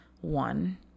one